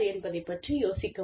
என்பதைப் பற்றி யோசிக்கவும்